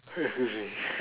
excuse me